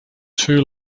two